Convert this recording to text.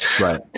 right